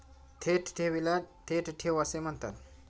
थेट ठेवीला थेट ठेव असे म्हणतात